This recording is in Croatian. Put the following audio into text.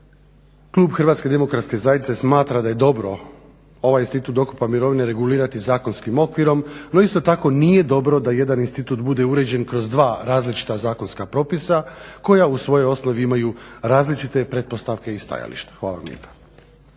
Klub Hrvatske Demokratske Zajednice smatra da je dobro ovaj institut dokupa mirovine regulirati zakonskim okvirom, no isto tako nije dobro da jedan institut bude uređen kroz dva različita zakonska propisa koja u svojoj osnovi imaju različite pretpostavke i stajališta. Hvala vam lijepa.